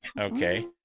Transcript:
Okay